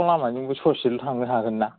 सिखाव लामाजोंबो स'सेल' थांनो हागोनना